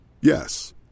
Yes